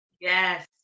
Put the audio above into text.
Yes